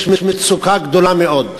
יש מצוקה גדולה מאוד.